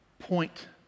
Point